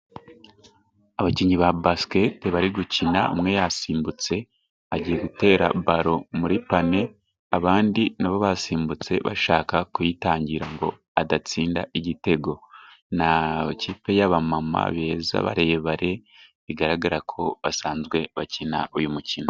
Abakinnyi ba baskete bari gukina umwe yasimbutse, agiye gutera baro muri pane, abandi nabo basimbutse bashaka kuyitangira, ngo adatsinda igitego. Ni ikipe y'abamama beza, barebare, bigaragara ko basanzwe bakina uyu mukino.